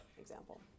example